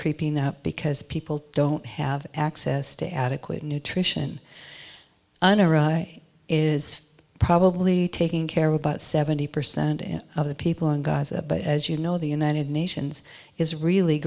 creeping up because people don't have access to adequate nutrition it is probably taking care of about seventy percent of the people in gaza but as you know the united nations is really